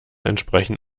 entsprechen